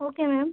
okay ma'am